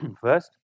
First